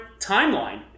timeline